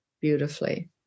beautifully